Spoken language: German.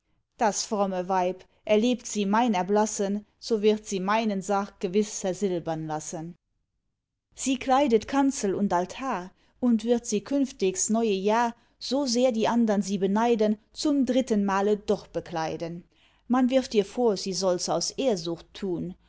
das fromme weib erlebt sie mein erblassen so wird sie meinen sarg gewiß versilbern lassen sie kleidet kanzel und altar und wird sie künftigs neue jahr so sehr die andern sie beneiden zum dritten male doch bekleiden man wirft ihr vor sie solls aus ehrsucht tun